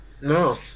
No